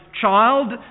child